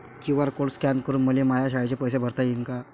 QR code scan करून मले माया शाळेचे पैसे भरता येईन का?